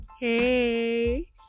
Hey